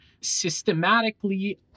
systematically